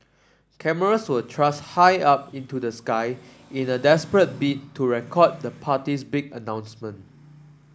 cameras were thrust high up into the sky in a desperate bid to record the party's big announcement